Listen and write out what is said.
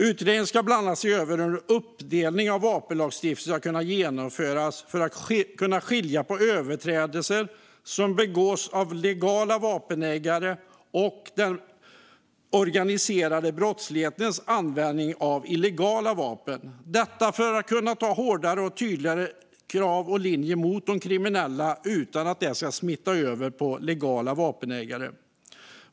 Utredningen ska bland annat se över hur en uppdelning av vapenlagstiftningen ska kunna genomföras för att man ska kunna skilja på överträdelser som begås av legala vapenägare och den organiserade brottslighetens användning av illegala vapen - detta för att kunna ställa krav och ha en hårdare och tydligare linje mot de kriminella utan att det smittar över på de legala vapenägarna.